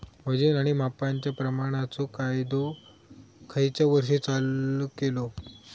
वजन आणि मापांच्या प्रमाणाचो कायदो खयच्या वर्षी चालू केलो?